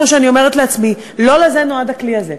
כמו שאני אומרת לעצמי: לא לזה נועד הכלי הזה.